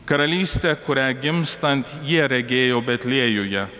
karalystę kurią gimstant jie regėjo betliejuje